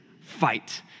fight